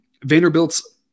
Vanderbilt's